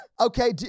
Okay